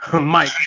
Mike